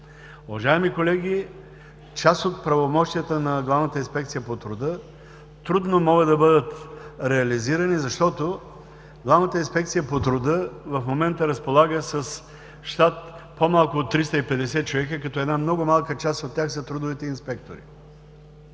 Уважаеми колеги, част от правомощията на Главната инспекция по труда трудно могат да бъдат реализирани, защото Главната инспекция по труда в момента разполага с щат по-малко от 350 човека, като една много малка част от тях са трудовите инспектори,